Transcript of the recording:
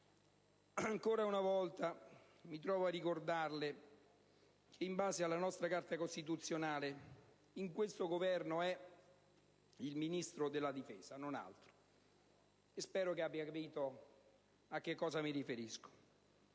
ancora una volta mi trovo a ricordarle che, in base alla nostra Carta costituzionale, in questo Governo lei è Ministro della difesa, non altro. Spero abbia capito a cosa mi riferisco.